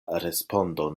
respondon